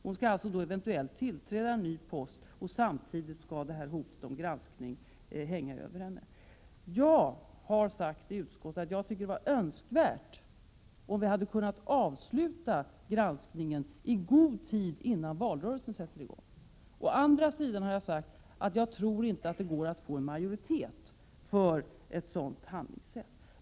Hon skall alltså eventuellt tillträda en ny regeringspost samtidigt som granskningshotet hänger över henne. Jag har i utskottet sagt att det vore önskvärt om vi hade kunnat avsluta granskningen i god tid innan valrörelsen sätter i gång; jag har också sagt att jag inte tror att det går att få majoritet för ett sådant handlingssätt.